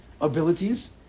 abilities